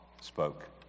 spoke